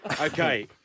Okay